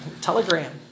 Telegram